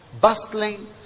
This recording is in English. bustling